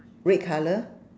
red colour